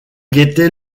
guetter